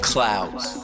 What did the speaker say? Clouds